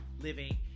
living